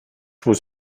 was